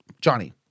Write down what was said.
Johnny